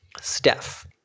Steph